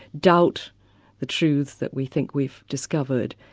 doubt the truth that we think we've discovered,